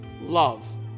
love